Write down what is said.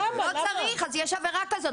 אז יש עבירה כזאת.